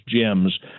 gems